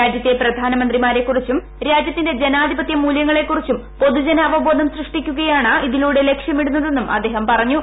രാജ്യത്തെ പ്രധാനമന്ത്രിമാരെക്കുറിച്ചും രാജ്യത്തിന്റെ ജനാധിപത്യമൂല്യങ്ങളെക്കുറിച്ചും പൊത്തുജന അവബോധം സൃഷ്ടിക്കുകയാണ് ഇതിലൂടെ ലക്ഷ്യമിട്ടുന്നതെന്നും അദ്ദേഹം പറഞ്ഞു